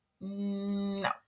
no